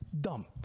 dumb